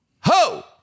ho